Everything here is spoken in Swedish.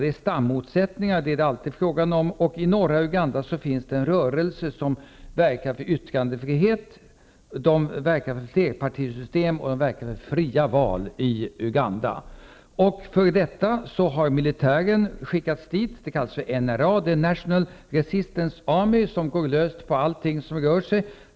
Det är alltid fråga om stammotsättningar, och i norra Uganda finns det en rörelse som verkar för yttrandefrihet, för flerpartisystem och för fria val i landet. Därför har militären skickats dit, den s.k. National Resistence Army , som går lös på allting som rör sig.